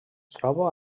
troba